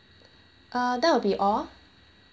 uh that will be all